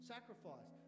Sacrifice